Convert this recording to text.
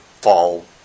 Fall